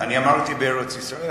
אני אמרתי: בארץ-ישראל.